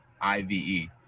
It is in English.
I-V-E